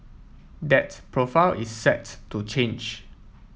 that profile is set to change